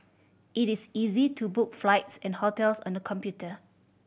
it is easy to book flights and hotels on the computer